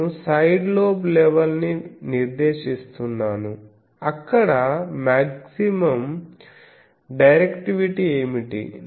నేను side lobe level ని నిర్దేశిస్తున్నాను అక్కడ మ్యాగ్జిమం డైరెక్టివిటీ ఏమిటి